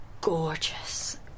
gorgeous